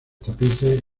tapices